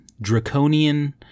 draconian